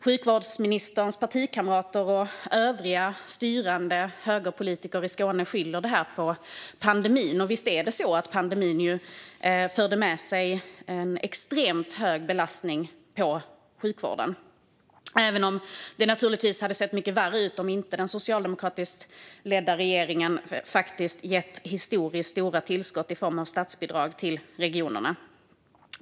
Sjukvårdsministerns partikamrater och övriga styrande högerpolitiker i Skåne skyller detta på pandemin, och visst förde pandemin med sig en extremt hög belastning på sjukvården, även om det naturligtvis hade sett mycket värre ut om inte den socialdemokratiskt ledda regeringen hade gett historiskt stora tillskott i form av statsbidrag till regionerna.